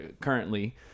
currently